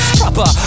proper